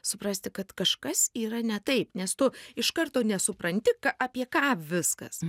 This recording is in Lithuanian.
suprasti kad kažkas yra ne taip nes tu iš karto nesupranti ką apie ką viskas